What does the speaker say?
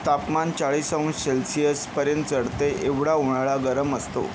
तापमान चाळीस अंश सेल्सिअसपर्यंत चढते एवढा उन्हाळा गरम असतो